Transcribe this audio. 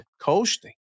Coasting